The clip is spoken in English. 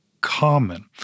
common